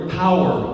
power